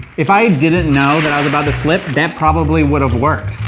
if i didn't know that i was about to slip, that probably would have worked.